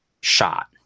shot